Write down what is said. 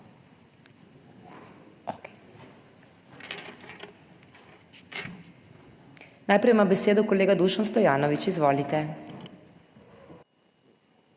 Najprej ima besedo kolega Dušan Stojanovič. Izvolite.